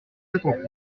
attentifs